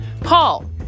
Paul